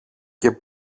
και